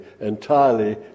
entirely